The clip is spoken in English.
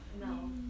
No